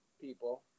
people